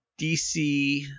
DC